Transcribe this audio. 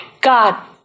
God